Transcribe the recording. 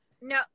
No